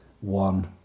one